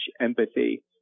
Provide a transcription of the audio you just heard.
empathy